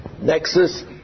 nexus